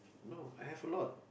no I have a lot